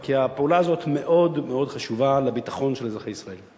כי הפעולה הזאת מאוד מאוד חשובה לביטחון של אזרחי ישראל.